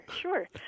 sure